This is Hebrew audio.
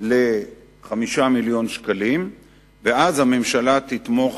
ל-5 מיליוני שקלים ואז הממשלה תתמוך